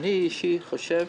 אני חושב